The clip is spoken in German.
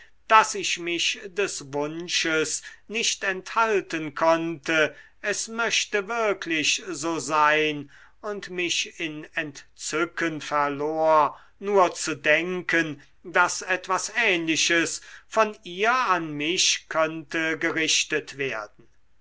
daß ich mich des wunsches nicht enthalten konnte es möchte wirklich so sein und mich in entzücken verlor nur zu denken daß etwas ähnliches von ihr an mich könnte gerichtet werden